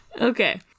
Okay